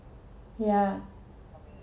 yeah